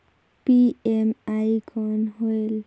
PME कौन होयल?